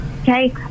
Okay